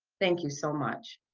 thank you so much.